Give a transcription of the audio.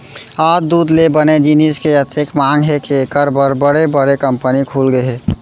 आज दूद ले बने जिनिस के अतेक मांग हे के एकर बर बड़े बड़े कंपनी खुलगे हे